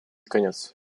конец